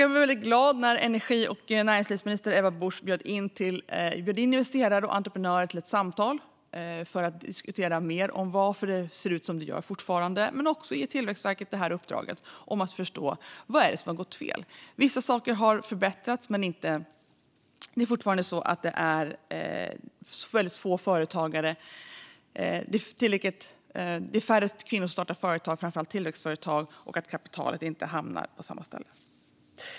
Jag blev väldigt glad när energi och näringsminister Ebba Busch bjöd in investerare och entreprenörer till samtal för att diskutera varför det fortfarande ser ut som det gör men också gav Tillväxtverket uppdraget att förstå vad som har gått fel. Vissa saker har förbättrats, men det är fortfarande färre kvinnor som startar företag, framför allt tillväxtföretag, och kapitalet hamnar inte på samma ställe.